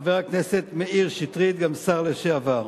חבר הכנסת מאיר שטרית, גם שר לשעבר.